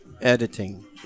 Editing